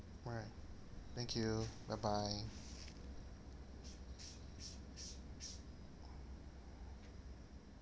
bye thank you bye bye